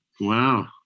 wow